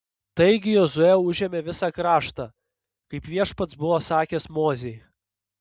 taigi jozuė užėmė visą kraštą kaip viešpats buvo sakęs mozei